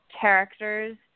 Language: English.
characters